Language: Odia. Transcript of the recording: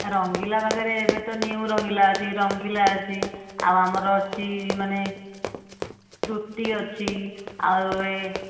ରଙ୍ଗିଲା ପାଖରେ ଏବେ ତ ନିଉ ରଙ୍ଗିଲା ଅଛି ରଙ୍ଗିଲା ଅଛି ଆଉ ଆମର ଅଛି ମାନେ ତୃପ୍ତି ଅଛି ଆଉ ଏ